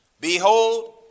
Behold